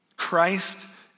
Christ